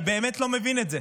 אני באמת לא מבין את זה.